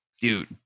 dude